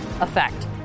effect